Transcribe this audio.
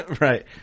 Right